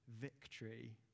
victory